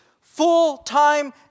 full-time